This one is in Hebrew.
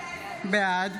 בעד